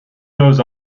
goes